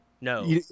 No